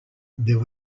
there